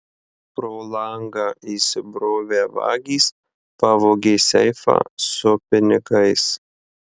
pro langą įsibrovę vagys pavogė seifą su pinigais